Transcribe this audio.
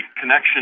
connection